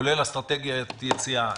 כולל אסטרטגיית יציאה,